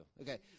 Okay